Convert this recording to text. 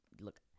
Look